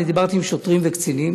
אני דיברתי עם שוטרים וקצינים